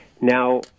Now